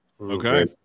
Okay